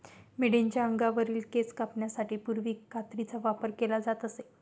मेंढीच्या अंगावरील केस कापण्यासाठी पूर्वी कात्रीचा वापर केला जात असे